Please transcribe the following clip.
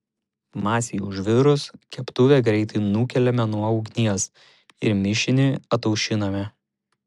masei užvirus keptuvę greitai nukeliame nuo ugnies ir mišinį ataušiname